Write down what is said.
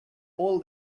all